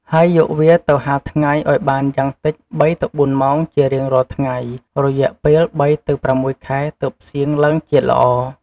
ហើយយកវាទៅហាលថ្ងៃឱ្យបានយ៉ាងតិច ៣-៤ ម៉ោងជារៀងរាល់ថ្ងៃ រយៈពេល ៣ ទៅ ៦ ខែ ទើបសៀងឡើងជាតិល្អ។